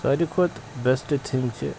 ساروی کھۄتہٕ best thing چھِ